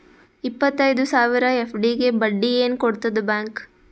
ಇಪ್ಪತ್ತೈದು ಸಾವಿರ ಎಫ್.ಡಿ ಗೆ ಬಡ್ಡಿ ಏನ ಕೊಡತದ ಬ್ಯಾಂಕ್?